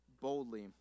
boldly